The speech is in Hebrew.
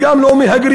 וגם לא מהגרים,